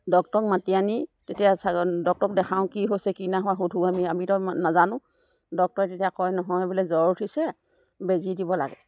ডক্টৰক মাতি আনি তেতিয়া ডক্তৰক দেখাওঁ কি হৈছে কি নাই হোৱা সুধোঁ আমি আমিতো নাজানো ডক্তৰে তেতিয়া কয় নহয় বোলে জ্বৰ উঠিছে বেজী দিব লাগে